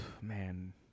Man